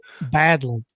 badly